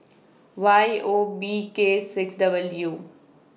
Y O B K six W